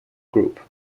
group